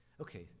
Okay